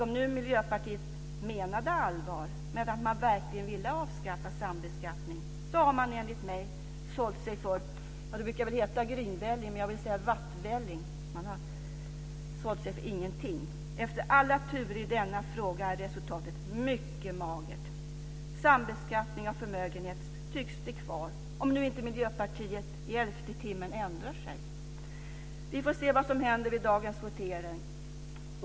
Om Miljöpartiet menade allvar med att man verkligen ville avskaffa sambeskattning har man enligt mig sålt sig för, ja, det brukar väl heta grynvälling, men jag vill säga vattvälling. Man har sålt sig för ingenting. Efter alla turer i denna fråga är resultatet mycket magert. Sambeskattningen av förmögenhet tycks bli kvar, om nu inte Miljöpartiet i elfte timmen ändrar sig. Vi får se vad som händer vid dagens votering.